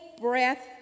breath